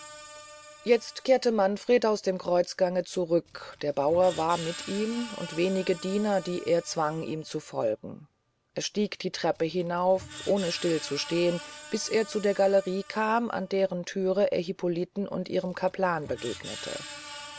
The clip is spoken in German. jetzt kehrte manfred aus dem kreuzgange zurück der bauer war mit ihm und wenige diener die er zwang ihm zu folgen er stieg die treppe hinauf ohne still zu stehn bis er zu der gallerie kam an deren thüre er hippoliten und ihrem capellan begegnete